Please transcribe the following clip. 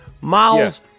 Miles